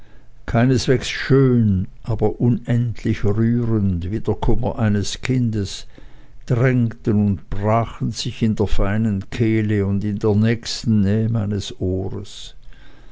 keineswegs schön aber unendlich rührend wie der kummer eines kindes drängten und brachen sich in der feinen kehle und in der nächsten nähe meines ohres